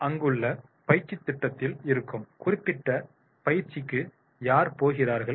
அங்குள்ள பயிற்சித் திட்டத்தில் இருக்கும் குறிப்பிட்ட பயிற்சிக்கு யார் போகிறார்கள்